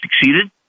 succeeded